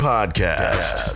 Podcast